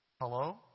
Hello